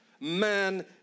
man